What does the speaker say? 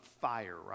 fire